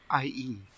ie